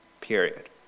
Period